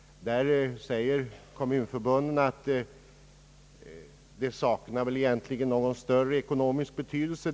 Kommunförbunden anser att statsbidrag för detta ändamål väl egentligen saknar någon större ekonomisk betydelse.